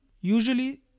Usually